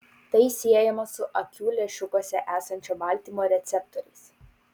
tai siejama su akių lęšiukuose esančio baltymo receptoriais